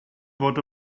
fod